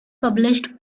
published